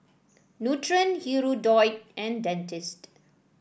Nutren Hirudoid and Dentiste